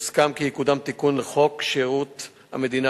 הוסכם כי יקודם תיקון לחוק שירות המדינה